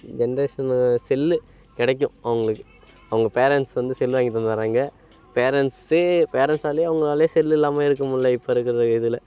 generation cell கிடைக்கும் அவங்களுக்கு அவங்க பேரண்ட்ஸு வந்து செல்லு வாங்கி தந்துறாயிங்க பேரண்ட்ஸே பேரண்ட்ஸாலேயே அவங்களாலையே செல்லு இல்லாமல் இருக்கற முடில இப்போ இருக்கிறது இதில்